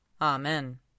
Amen